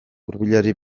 hurbilari